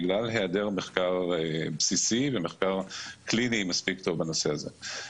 בגלל היעדר מחקר בסיסי ומחקר קליני מספיק טוב בנושא הזה.